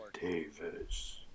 Davis